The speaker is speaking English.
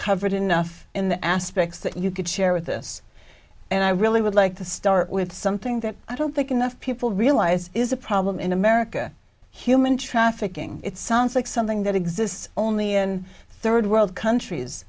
covered enough in the aspects that you could share with this and i really would like to start with something that i don't think enough people realize is a problem in america human trafficking it sounds like something that exists only in third world countries